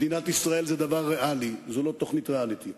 מדינת ישראל זה דבר ריאלי, זו לא תוכנית ריאליטי.